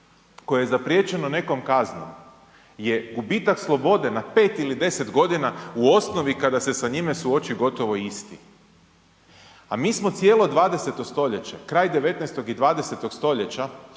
kojoj je zapriječeno nekom kaznom je gubitak slobode na 5 ili 10 godina u osnovi kada se sa njime suoči gotovo isti, a mi smo cijelo 20. stoljeće, kraj 19. i 20. stoljeća